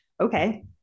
Okay